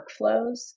workflows